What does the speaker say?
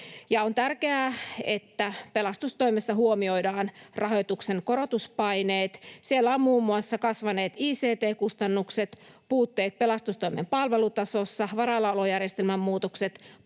On tärkeää, että pelastustoimessa huomioidaan rahoituksen korotuspaineet. Siellä ovat muun muassa kasvaneet ict-kustannukset, puutteet pelastustoimen palvelutasossa, varallaolojärjestelmän muutokset,